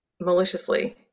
maliciously